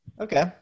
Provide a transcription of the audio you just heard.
Okay